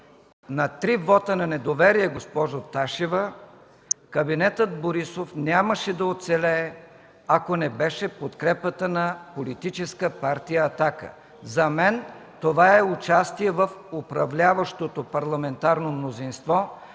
на три вота на недоверие, госпожо Ташева, кабинетът Борисов нямаше да оцелее, ако не беше подкрепата на Политическа партия „Атака”. За мен това е участие в управляващото парламентарно мнозинство,